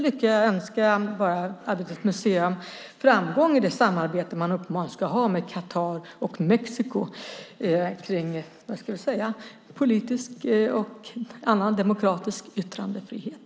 Jag önskar Arbetets museum framgång i det samarbete man uppenbarligen ska ha med Qatar och Mexiko om politisk och annan demokratisk yttrandefrihet.